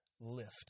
lift